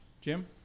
Jim